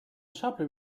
sharply